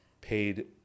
paid